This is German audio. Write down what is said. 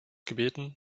gebeten